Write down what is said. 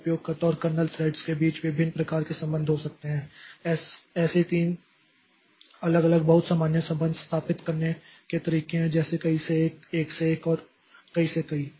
तो उपयोगकर्ता और कर्नेल थ्रेड्स के बीच विभिन्न प्रकार के संबंध हो सकते हैं ऐसे 3 अलग अलग बहुत सामान्य संबंध स्थापित करने के तरीके हैं जैसे कई से एक एक से एक और कई से कई